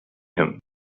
him